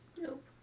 Nope